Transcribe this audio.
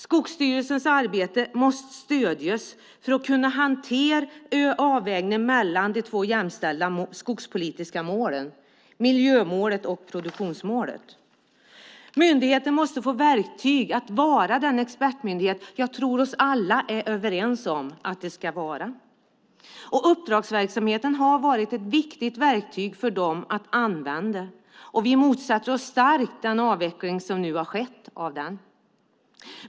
Skogsstyrelsens arbete måste stödjas för att man ska kunna hantera avvägningen mellan de två jämställda skogspolitiska målen, miljömålet och produktionsmålet. Myndigheten måste få verktyg för att vara den expertmyndighet som jag tror att vi alla är överens om att den ska vara. Uppdragsverksamheten har varit ett viktigt verktyg för dem att använda, och vi motsätter oss starkt den avveckling som nu har skett av den.